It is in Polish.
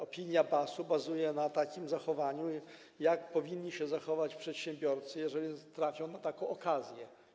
Opinia BAS-u bazuje na zachowaniu: jak powinni się zachować przedsiębiorcy, jeżeli trafią na taką okazję.